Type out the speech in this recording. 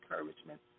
encouragement